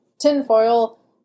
tinfoil